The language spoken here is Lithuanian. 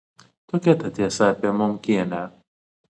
tokia ta tiesa apie momkienę